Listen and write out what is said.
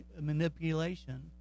manipulation